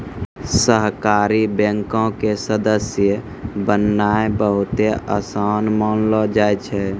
सहकारी बैंको के सदस्य बननाय बहुते असान मानलो जाय छै